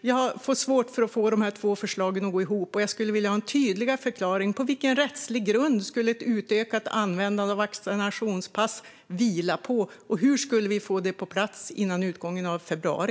Jag har svårt att få dessa två förslag att gå ihop, och jag skulle vilja ha en tydligare förklaring: Vilken rättslig grund skulle ett utökat användande av vaccinationspass vila på, och hur skulle vi kunna få det på plats innan utgången av februari?